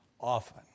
often